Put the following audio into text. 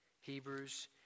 Hebrews